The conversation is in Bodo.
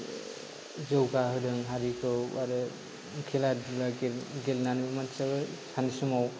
जौगा होदों हारिखौ आरो खेला दुला गेलेनानै बेसेरो सानसे समाव